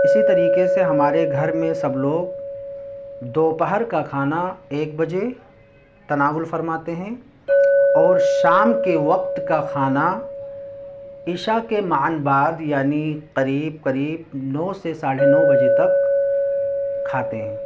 اسی طریقے سے ہمارے گھر میں سب لوگ دوپہر کا کھانا ایک بجے تناول فرماتے ہیں اور شام کے وقت كا كھانا عشا كے معاً بعد یعنی قریب قریب نو سے ساڑھے نو بجے تک کھاتے ہیں